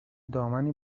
دامنی